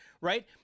right